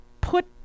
put